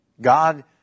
God